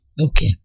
Okay